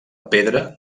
pedra